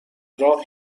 راه